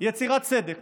יצירת סדק